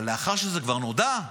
אבל לאחר שזה כבר נודע,